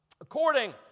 according